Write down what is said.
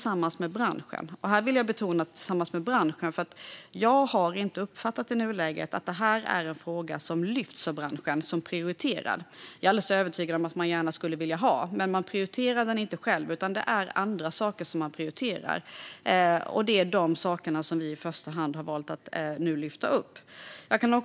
Jag vill betona att det har gjorts tillsammans med branschen, för jag har inte uppfattat att det i nuläget är en fråga som tas upp och prioriteras av branschen. Jag är övertygad om att man gärna skulle vilja ha denna möjlighet, men man prioriterar den inte. Man prioriterar andra saker, och det är dessa som vi i första hand nu har valt att lyfta upp.